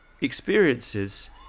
experiences